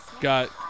got